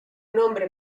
nombre